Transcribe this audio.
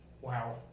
wow